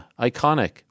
Iconic